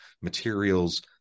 materials